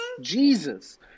Jesus